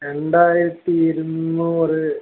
രണ്ടായിരത്തി ഇരുന്നൂറ്